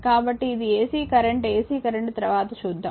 కాబట్టి ఇది AC current AC current తరువాత చూద్దాం